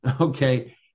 okay